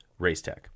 Racetech